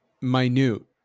minute